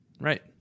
Right